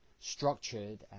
structured